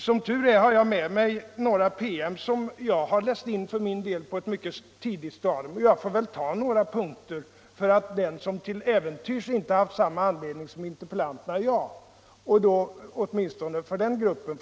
Som tur är har jag med mig några promemorior som jag har läst in på ett tidigt stadium, och jag får väl ta några punkter ur dem för att klargöra den här frågan åtminstone för dem som till äventyrs inte har haft samma anledning som interpellanten och jag att sätta sig in i frågan.